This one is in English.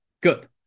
Good